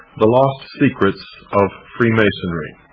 the lost secrets of freemasonry.